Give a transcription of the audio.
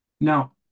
Now